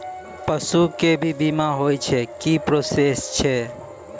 पसु के भी बीमा होय छै, की प्रोसेस छै?